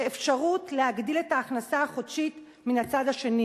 ואפשרות להגדיל את ההכנסה החודשית מן הצד השני.